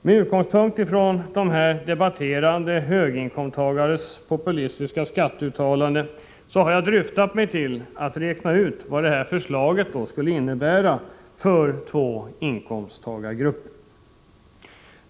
Med utgångspunkt i dessa debatterande höginkomsttagares populistiska skatteuttalanden har jag dristat mig till att räkna ut vad detta förslag skulle innebära för två inkomsttagargrupper.